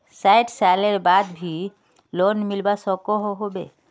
सैट सालेर बाद भी लोन मिलवा सकोहो होबे?